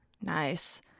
Nice